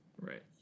Right